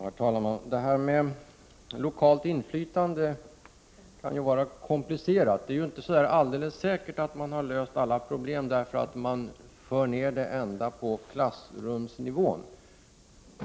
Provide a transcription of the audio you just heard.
Herr talman! Detta med lokalt inflytande kan vara komplicerat. Det är inte alldeles säkert att man löser alla problem i och med att man för ner dem på klassrumsnivå.